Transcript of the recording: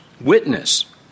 witness